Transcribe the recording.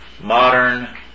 modern